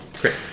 Great